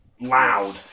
loud